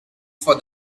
for